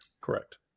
Correct